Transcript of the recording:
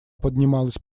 поднималась